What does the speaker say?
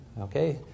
Okay